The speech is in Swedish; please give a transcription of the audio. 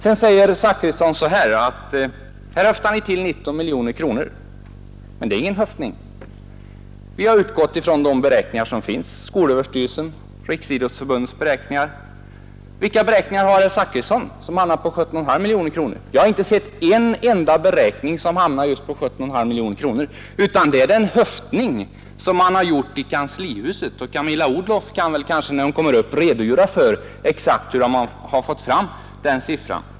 Sedan sade herr Zachrisson att vi här höftar till 19 miljoner kronor, men det är ingen höftning. Vi har utgått från beräkningar som gjorts i skolöverstyrelsen och i Riksidrottsförbundet. Vilka beräkningar har herr Zachrisson till grund för förslaget om 17,5 miljoner kronor? Jag har inte sett en enda beräkning som ger just det beloppet, utan det är den höftning man har gjort i kanslihuset. Statsrådet fru Odhnoff kanske kan redogöra exakt för hur man fått fram den siffran?